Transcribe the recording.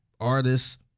artists